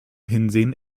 hinsehen